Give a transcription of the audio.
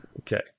Okay